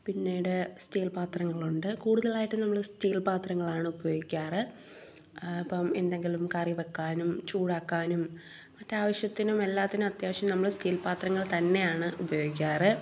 പിന്നീട് സ്റ്റീൽ പാത്രങ്ങളുണ്ട് കൂടുതലായിട്ട് നമ്മൾ സ്റ്റീൽ പാത്രങ്ങളാണ് ഉപയോഗിക്കാറ് ആ ഇപ്പം എന്തെങ്കിലും കറി വെക്കാനും ചൂടാക്കാനും മറ്റ് ആവശ്യത്തിനും എല്ലാറ്റിനും അത്യാവശ്യം നമ്മൾ സ്റ്റീൽ പാത്രങ്ങൾ തന്നെയാണ് ഉപയോഗിക്കാറ്